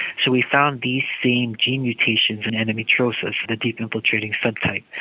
so we found these same gene mutations in endometriosis, the deep infiltrating subtype.